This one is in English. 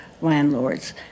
landlords